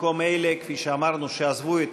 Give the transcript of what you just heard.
במקום אלה שכפי שאמרתי עזבו את